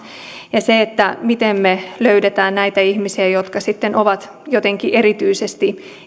miten me löydämme näitä ihmisiä jotka sitten ovat jotenkin erityisesti